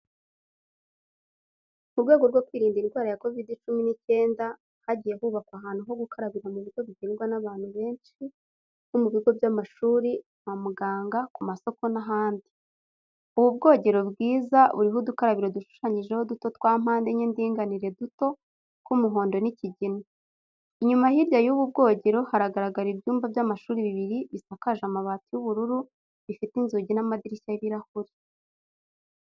Mu rwego rwo kwirinda indwara ya Covid-19, hagiye hubakwa ahantu ho gukarabira mu bigo bigendwa n'abantu benshi, nko mu bigo by'amashuri, kwa muganga, ku masoko n'ahandi. Ubu bwogero bwiza, buriho udukaro dushushanyijeho duto twa mpande enye ndinganire duto tw'umuhondo n'ikigina. Inyuma hirya y'ubu bwogero haragaragara ibyuma by'amashuri bibiri bisakaje amabati y'ubururu, bifite inzugi n'amadirishya by'ibirahuri.